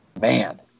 man